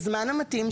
בזמן המתאים,